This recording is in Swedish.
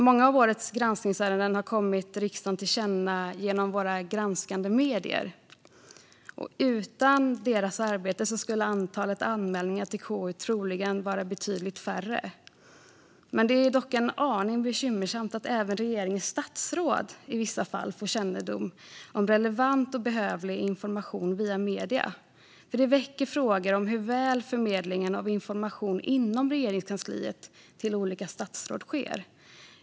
Många av årets granskningsärenden har kommit riksdagen till känna genom våra granskande medier. Utan deras arbete skulle antalet anmälningar till KU troligen vara betydligt mindre. Det är dock en aning bekymmersamt att även regeringens statsråd i vissa fall får kännedom om relevant och behövlig information via medier. Det väcker frågor om hur väl förmedlingen av information till olika statsråd sker inom Regeringskansliet.